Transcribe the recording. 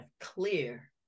clear